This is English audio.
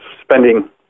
spending